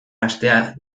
hastea